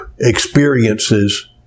experiences